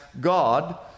God